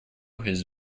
his